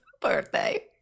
birthday